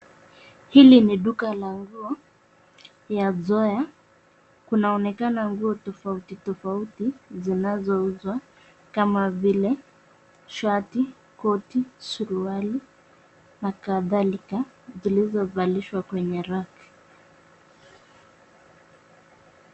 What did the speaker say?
Hili ni duka la nguo ya zoya. Kunaonekana nguo tofauti tofauti zinazouzwa kama vile shati, koti, suruali na kadhalika zilizovalishwa kwenye rack .